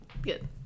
good